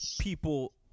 people